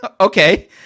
okay